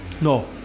No